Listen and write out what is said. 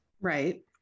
right